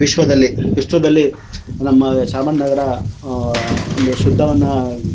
ವಿಶ್ವದಲ್ಲಿ ವಿಶ್ವದಲ್ಲಿ ನಮ್ಮ ಚಾಮರಾಜನಗರ ಒಂದು ಶುದ್ಧವನ್ನು